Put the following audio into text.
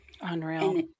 Unreal